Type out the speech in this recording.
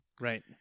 right